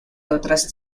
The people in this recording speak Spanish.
otras